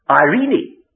Irene